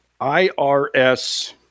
IRS